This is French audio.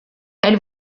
elle